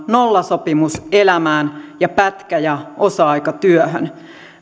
nollasopimuselämään ja pätkä ja osa aikatyöhön